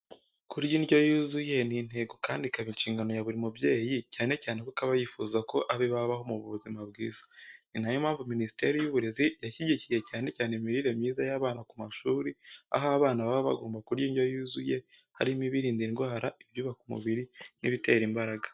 Kurya indyo yuzuye ni intego kandi ikaba inshingano ya buri mubyeyi cyane cyane kuko aba yifuza ko abe babaho mu buzima bwiza. Ni na yo mpamvu Minisiteri y'Uburezi yashyigikiye cyane imirire myiza y'abana ku mashuri aho abana baba bagomba kurya indyo yuzuye, harimo ibirinda indwara, ibyubaka umubiri n'ibitera imbaraga.